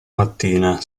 mattina